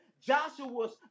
Joshua's